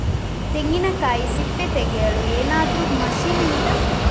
ತೆಂಗಿನಕಾಯಿ ಸಿಪ್ಪೆ ತೆಗೆಯಲು ಏನಾದ್ರೂ ಮಷೀನ್ ಉಂಟಾ